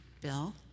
Bill